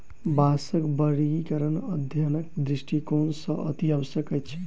बाँसक वर्गीकरण अध्ययनक दृष्टिकोण सॅ अतिआवश्यक अछि